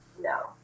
no